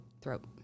Throat